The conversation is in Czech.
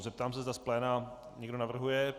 Zeptám se, zda z pléna někdo navrhuje?